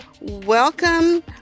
welcome